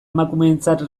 emakumeentzat